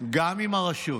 גם עם הרשות,